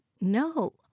No